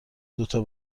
دوتا